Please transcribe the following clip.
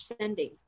sending